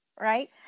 right